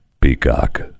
Peacock